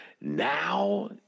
now